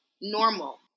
normal